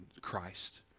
Christ